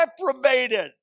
reprobated